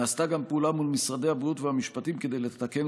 נעשתה גם פעולה מול משרדי הבריאות והמשפטים כדי לתקן